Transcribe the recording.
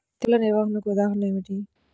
తెగులు నిర్వహణకు ఉదాహరణలు ఏమిటి?